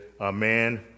Amen